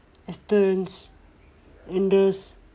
Astons Andes